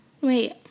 Wait